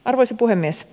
arvoisa puhemies